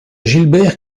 gilbert